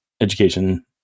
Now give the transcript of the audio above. education